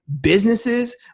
businesses